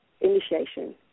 initiation